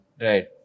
Right